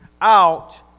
out